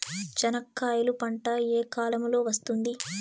చెనక్కాయలు పంట ఏ కాలము లో వస్తుంది